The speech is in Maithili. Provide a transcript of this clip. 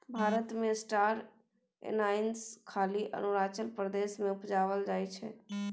भारत मे स्टार एनाइस खाली अरुणाचल प्रदेश मे उपजाएल जाइ छै